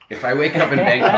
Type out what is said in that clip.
if i wake up in bangkok,